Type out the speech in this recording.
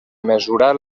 mesurar